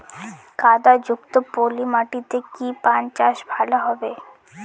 কাদা যুক্ত পলি মাটিতে কি পান চাষ ভালো হবে?